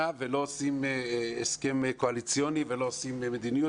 ולא עושים הסכם קואליציוני ולא עושים מדינית,